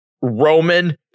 Roman